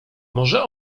może